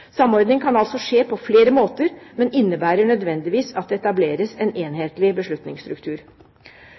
Samordning kan altså skje på flere måter, men innebærer nødvendigvis at det etableres en enhetlig beslutningsstruktur.